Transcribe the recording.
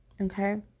Okay